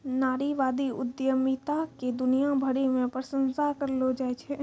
नारीवादी उद्यमिता के दुनिया भरी मे प्रशंसा करलो जाय छै